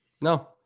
No